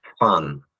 fun